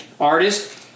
artist